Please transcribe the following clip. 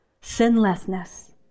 sinlessness